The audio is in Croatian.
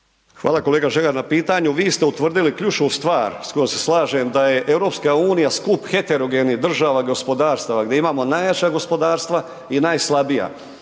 Hvala kolega Žagar na pitanju, vi ste utvrdili ključnu stvar s kojom se slažem da je EU skup heterogenih država gospodarstava gdje imamo najjača gospodarstva i najslabija.